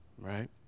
Right